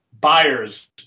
buyers